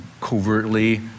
covertly